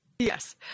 Yes